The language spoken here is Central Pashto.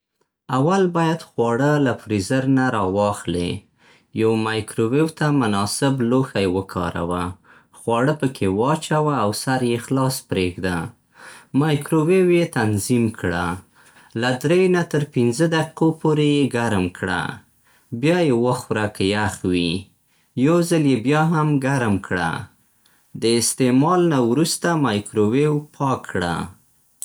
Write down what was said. اول باید خواړه له فریزر نه راواخلې. یو مایکروویو ته مناسب لوښی وکاروه. خواړه پکې واچوه او سر يې خلاص پرېږده. مایکروویو يې تنظیم کړه. له درې نه تر پنځه دقیقو پورې یې ګرم کړه. بیا یې وخوره که یخ وي، یو ځل يې بیا هم ګرم کړه. د استعمال نه وروسته مایکروویو پاک کړه.